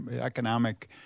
economic